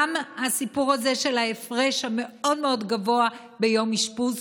גם הסיפור הזה של ההפרש המאוד-מאוד גבוה ליום אשפוז,